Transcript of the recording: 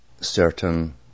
Certain